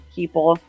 people